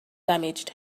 damaged